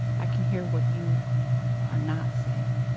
i can hear what you are not saying,